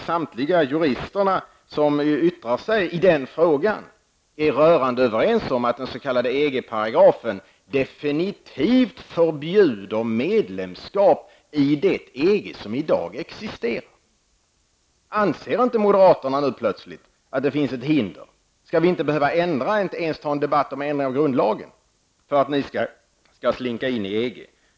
Samtliga jurister som yttrat sig i den här frågan är rörande överens om att den s.k. EG-paragrafen definitivt förbjuder medlemskap i det EG som i dag existerar. Anser nu moderaterna plötsligt att det inte finns något hinder? Skall vi inte ens behöva ta en debatt om ändring av grundlagen, för att ni skall kunna slinka in i EG?